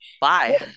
Bye